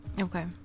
okay